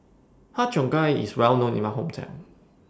Har Cheong Gai IS Well known in My Hometown